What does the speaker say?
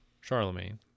Charlemagne